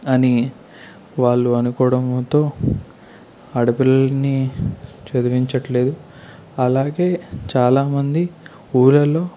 అని వాళ్ళు అనుకోవడంతో ఆడపిల్లల్ని చదివించట్లేదు అలాగే చాలామంది ఊళ్ళలో